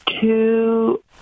two